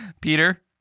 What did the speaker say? Peter